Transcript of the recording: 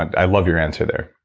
i love your answer there